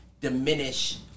diminish